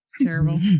Terrible